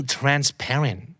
transparent